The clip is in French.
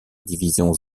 divisions